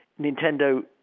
Nintendo